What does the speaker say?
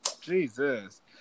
Jesus